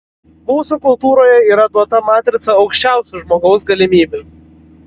mūsų kultūroje yra duota matrica aukščiausių žmogaus galimybių